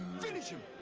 finish him.